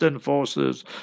forces